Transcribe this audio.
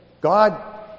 God